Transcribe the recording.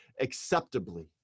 acceptably